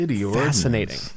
fascinating